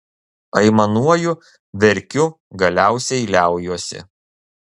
aimanuoju verkiu galiausiai liaujuosi